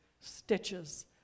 stitches